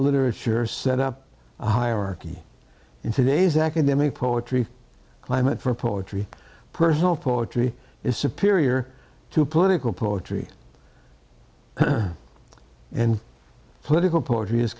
literature set up a hierarchy in today's academic poetry climate for poetry personal poetry is superior to political poetry and political poetry is